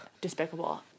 despicable